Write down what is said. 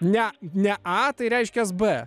ne ne a tai reiškias b